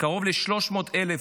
קרוב ל-300,000